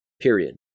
Period